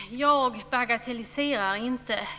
Herr talman! Jag bagatelliserar inte.